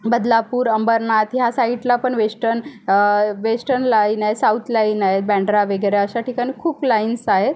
बदलापूर अंबरनाथ ह्या साईटला पण वेष्टन वेष्टन लाइन आहे साऊत लाइन आहे बँड्रा वगैरे अशा ठिकाणी खूप लाईन्स आहे